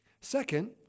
Second